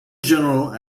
general